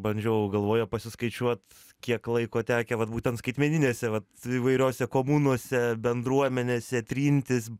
bandžiau galvoje pasiskaičiuot kiek laiko tekę vat būtent skaitmeninėse vat įvairiose komunose bendruomenėse trintis